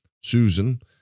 Susan